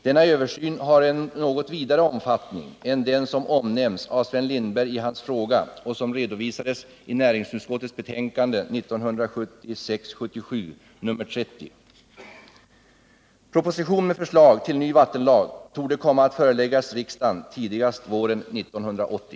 Denna översyn har en något vidare omfattning än den som omnämns Proposition med förslag till ny vattenlag torde komma att föreläggas riksdagen tidigast våren 1980.